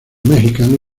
mexicano